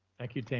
thank you,